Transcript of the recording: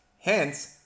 Hence